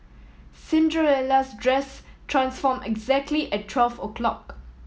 Cinderella' dress transformed exactly at twelve o'clock